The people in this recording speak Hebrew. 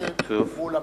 הכנסת מול הממשלה.